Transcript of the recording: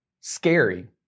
scary